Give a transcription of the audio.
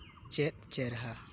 ᱪᱮᱫ ᱪᱮᱦᱨᱟ